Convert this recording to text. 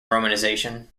romanization